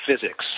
physics